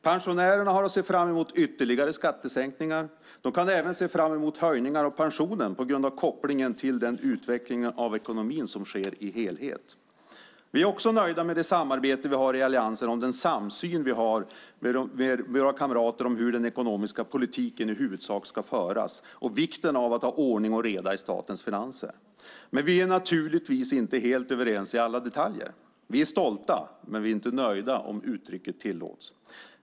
Pensionärerna har att se fram emot ytterligare skattesänkningar. De kan även se fram emot höjningar av pensionen på grund av kopplingen till utvecklingen av ekonomin som helhet. Vi är också nöjda med det samarbete vi har i Alliansen och den samsyn vi har med våra kamrater om hur den ekonomiska politiken i huvudsak ska föras och om vikten av att ha ordning och reda i statens finanser, men vi är naturligtvis inte helt överens i alla detaljer. Vi är stolta men inte nöjda, om uttrycket tillåts.